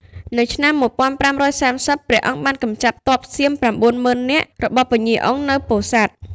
នៅឆ្នាំ ១៥៣០ ព្រះអង្គបានកម្ចាត់ទ័ពសៀម ៩ ម៉ឺននាក់របស់ពញ្ញាអុងនៅពោធិ៍សាត់។